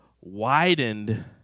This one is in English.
widened